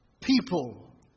people